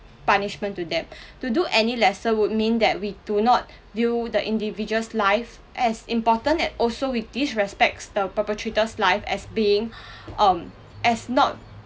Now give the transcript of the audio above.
punishment to them to do any lesser would mean that we do not view the individual's life as important and also with disrespect the perpetrator's life as being um as not